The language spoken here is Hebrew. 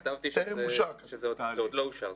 כתבתי שזה עוד לא אושר,